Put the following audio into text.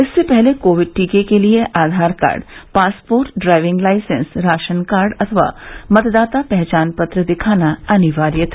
इससे पहले कोविड टीके के लिए Aadhaar card passport driving licence ration card अथवा मतदाता पहचान पत्र दिखाना अनिवार्य था